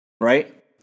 Right